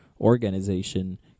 organization